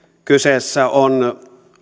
kyseessä on